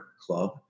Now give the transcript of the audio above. club